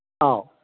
ꯑꯧ